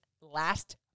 last